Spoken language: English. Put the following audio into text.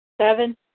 Seven